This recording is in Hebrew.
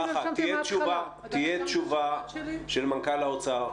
תהיה תשובה של מנכ"ל האוצר.